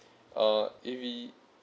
uh if he